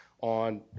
on